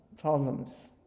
problems